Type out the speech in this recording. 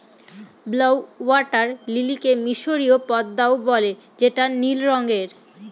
blue water লিলিকে মিসরীয় পদ্মাও বলে যেটা নীল রঙের